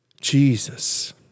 Jesus